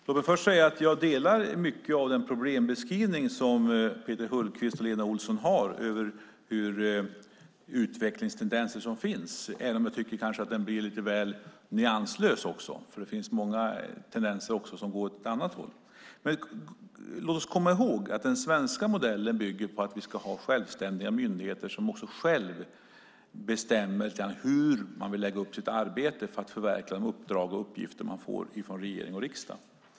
Fru talman! Låt mig först säga att jag delar mycket av den problembeskrivning som Peter Hultqvist och Lena Olsson gör över de utvecklingstendenser som finns, även om jag tycker att den blir lite väl nyanslös. Det finns ju också många tendenser som går åt ett annat håll. Låt oss komma ihåg att den svenska modellen bygger på att vi ska ha självständiga myndigheter som själva bestämmer hur de vill lägga upp sitt arbete för att förverkliga de uppdrag och de uppgifter de får från regering och riksdag.